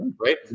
Right